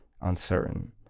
uncertain